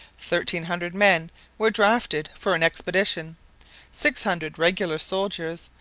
thirteen hundred men were drafted for an expedition six hundred regular soldiers,